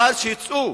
אבל שיצאו.